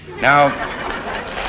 Now